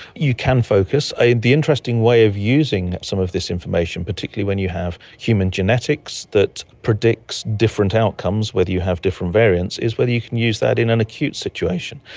you can focus. the interesting way of using some of this information, particularly when you have human genetics that predicts different outcomes, whether you have different variants, is whether you can use that in an acute situation.